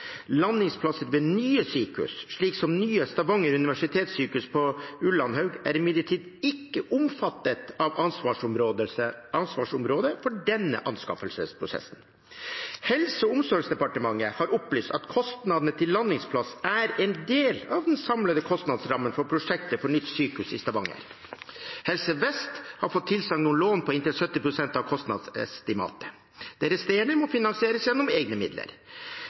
ved nye sykehus, som ved nye Stavanger universitetssjukehus på Ullandhaug, er imidlertid ikke omfattet av ansvarsområdet for denne anskaffelsesprosessen. Helse- og omsorgsdepartementet har opplyst at kostnadene til landingsplass er en del av den samlede kostnadsrammen for prosjektet for nytt sykehus i Stavanger. Helse Vest har fått tilsagn om lån på inntil 70 pst. av kostnadsestimatet. Det resterende må finansieres gjennom egne midler.